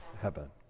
heaven